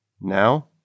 Now